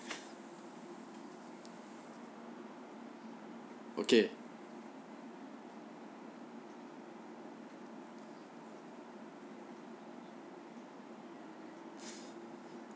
okay